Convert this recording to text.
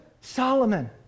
Solomon